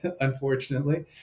unfortunately